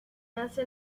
hace